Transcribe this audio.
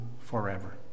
forever